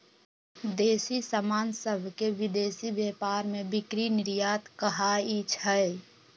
देसी समान सभके विदेशी व्यापार में बिक्री निर्यात कहाइ छै